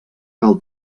cal